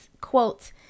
quote